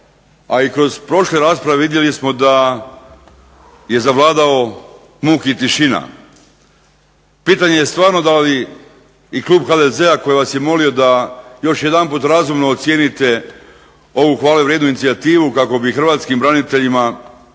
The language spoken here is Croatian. a i kroz prošle rasprave vidjeli smo da je zavladao muk i tišina. Pitanje je stvarno da li i klub HDZ-a koji vas je molio da još jedanput razumno ocijenite ovu hvalevrijednu inicijativu kako bi hrvatskim braniteljima dali